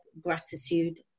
gratitude